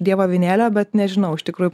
dievo avinėlio bet nežinau iš tikrųjų